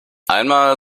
einmal